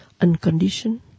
unconditioned